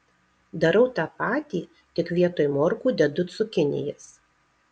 darau tą patį tik vietoj morkų dedu cukinijas